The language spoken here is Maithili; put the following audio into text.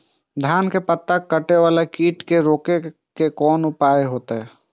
धान के पत्ता कटे वाला कीट के रोक के कोन उपाय होते?